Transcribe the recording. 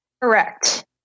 Correct